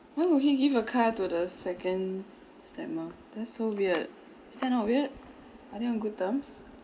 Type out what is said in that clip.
why would he give a car to the second stepmom that's so weird is that not weird are they on good terms